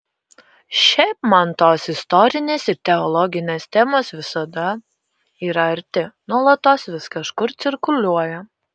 šiaip man tos istorinės ir teologinės temos visada yra arti nuolatos vis kažkur cirkuliuoja